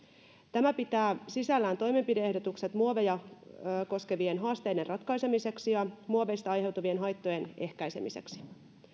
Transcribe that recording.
tämä pitää sisällään toimenpide ehdotukset muoveja koskevien haasteiden ratkaisemiseksi ja muoveista aiheutuvien haittojen ehkäisemiseksi